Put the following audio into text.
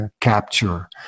Capture